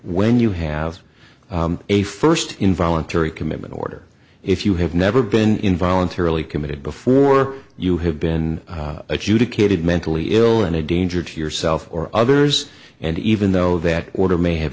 when you have a first involuntary commitment order if you have never been involuntarily committed before you have been adjudicated mentally ill and a danger to yourself or others and even though that order may have